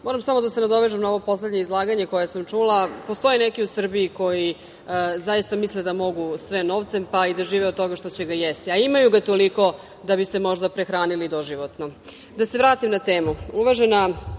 moram samo da se nadovežem na ovo poslednje izlaganje koje sam čula. Postoje neki u Srbiji koji zaista misle da mogu sve novcem, pa i da žive od toga što će ga jesti, a imaju ga toliko da bi se možda prehranili doživotno. Ipak, da se vratim na